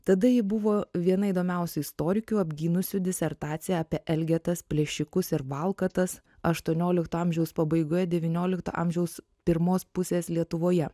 tada ji buvo viena įdomiausių istorikių apgynusių disertaciją apie elgetas plėšikus ir valkatas aštuoniolikto amžiaus pabaigoje devyniolikto amžiaus pirmos pusės lietuvoje